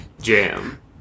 Jam